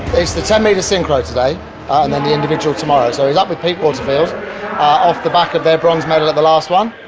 it's the ten metres synchro today. ah and then the individual tomorrow. so he's up with pete waterfield off the back of their bronze medal at the last one.